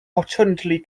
alternately